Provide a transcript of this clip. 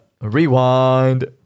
Rewind